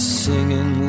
singing